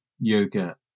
yoga